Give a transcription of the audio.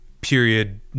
period